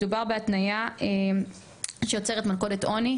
מדובר בהתנייה שיוצרת מלכודת עוני.